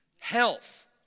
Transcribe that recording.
health